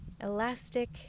Elastic